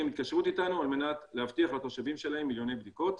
התקשרות איתנו על מנת להבטיח לתושבים שלהם מיליוני בדיקות.